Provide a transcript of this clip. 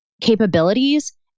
capabilities